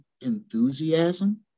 enthusiasm